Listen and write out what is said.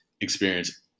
experience